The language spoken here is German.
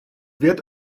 wird